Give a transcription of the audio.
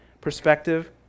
perspective